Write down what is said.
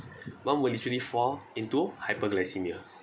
one will literally fall into hyperglycemia